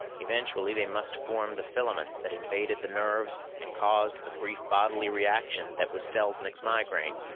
eventually, they must form the filaments that invaded the nerves and caused the brief bodily reaction that was selznik's migraine.